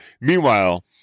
Meanwhile